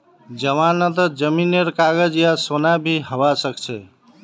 जमानतत जमीनेर कागज या सोना भी हबा सकछे